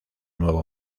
nuevo